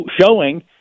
showing